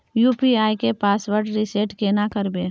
UPI के password reset केना करबे?